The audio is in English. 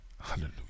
Hallelujah